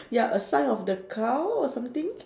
ya a sign of the cow or something